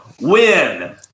Win